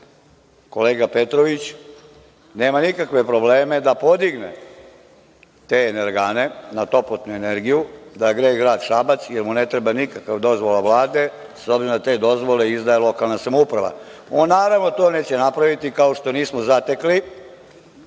kolega Petrović nema nikakve probleme da podigne te energane na toplotnu energiju i da ugreje grad Šabac jer mu ne treba nikakva dozvola Vlade, s obzirom da te dozvole izdaje lokalna samouprava. On naravno to neće napraviti, kao što nismo ni zatekli